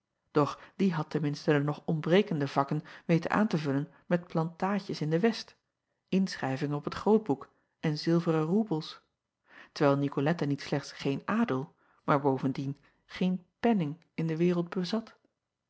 doch die had ten minste de nog ontbrekende vakken weten aan te vullen met plantaadjes in de est inschrijvingen op het root acob van ennep laasje evenster delen boek en zilveren roebels terwijl icolette niet slechts geen adel maar bovendien geen penning in de wereld bezat